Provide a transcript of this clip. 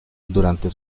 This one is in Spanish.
durante